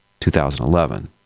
2011